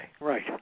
Right